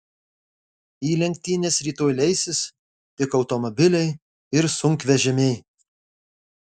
į lenktynes rytoj leisis tik automobiliai ir sunkvežimiai